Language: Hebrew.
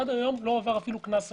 עד היום לא הועבר אפילו קנס אחד,